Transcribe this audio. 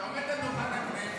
אתה עומד על דוכן הכנסת.